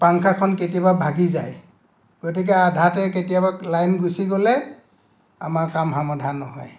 পাংখাখন কেতিয়াবা ভাঙি যায় গতিকে আধাতে কেতিয়াবা লাইন গুছি গ'লে আমাৰ কাম সমাধা নহয়